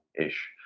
ish